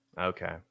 Okay